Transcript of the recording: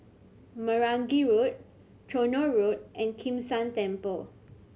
Meragi Road Tronoh Road and Kim San Temple